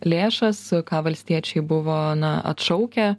lėšas ką valstiečiai buvo na atšaukę